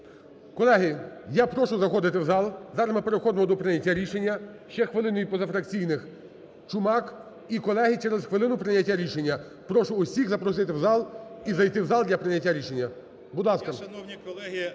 Колеги, я прошу заходити в зал. Зараз ми переходимо до прийняття рішення. Ще хвилину від позафракційних, Чумак. І, колеги, через хвилину прийняття рішення. Прошу усіх запросити в зал і зайти в зал для прийняття рішення, будь ласка.